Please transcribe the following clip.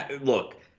Look